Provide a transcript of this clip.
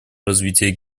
развития